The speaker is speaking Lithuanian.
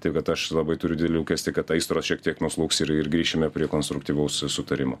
taip kad aš labai turiu didelį lūkestį kad aistros šiek tiek nuslūgs ir ir grįšime prie konstruktyvaus sutarimo